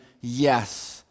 yes